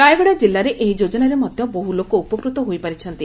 ରାୟଗଡ଼ା କିଲ୍ଲାରେ ଏହି ଯୋଜନାରେ ମଧ୍ଧ ବହୁ ଲୋକ ଉପକୃତ ହୋଇପାରିଛନ୍ତି